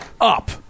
up